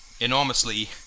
enormously